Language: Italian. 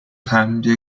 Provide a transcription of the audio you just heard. cambia